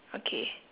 okay